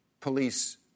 police